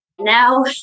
Now